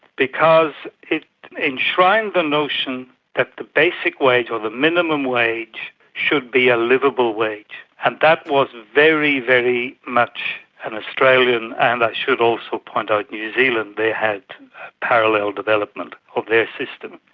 because it enshrined the notion that the basic wage or the minimum wage should be a liveable wage, and that was very, very much an australian, and i should also point out new zealand, they had parallel development of their system,